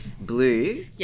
blue